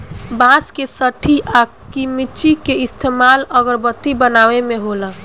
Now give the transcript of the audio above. बांस के सठी आ किमची के इस्तमाल अगरबत्ती बनावे मे होला